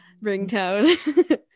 ringtone